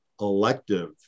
elective